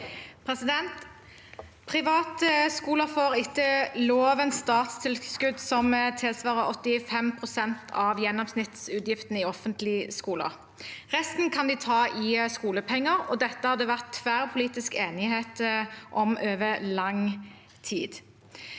Private skoler får etter loven statstilskudd som tilsvarer 85 pst. av gjennomsnittsutgiften i offentlige skoler. Resten kan de ta i skolepenger, og dette har det vært tverrpolitisk enighet om over lang tid.